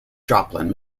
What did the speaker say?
joplin